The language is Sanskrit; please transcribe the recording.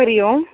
हरि ओम्